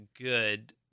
good